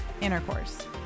intercourse